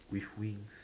with wings